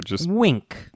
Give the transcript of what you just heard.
Wink